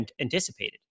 anticipated